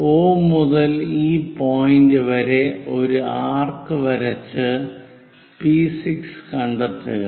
O മുതൽ ഈ point വരെ ഒരു ആർക്ക് വരച്ച് P6 കണ്ടെത്തുക